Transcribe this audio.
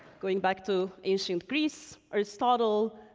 going back to ancient greece, aristotle,